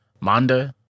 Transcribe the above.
Manda